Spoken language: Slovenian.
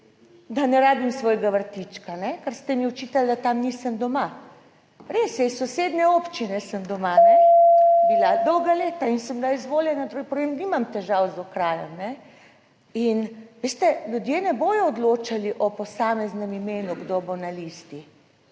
da ne rabim svojega vrtička, ker ste mi očitali, da tam nisem doma. Res je, iz sosednje občine sem doma. Bila dolga leta in sem bila izvoljena. To povem, nimam težav z okraje. In veste, ljudje ne bodo odločali o posameznem imenu kdo bo na listi.